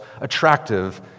attractive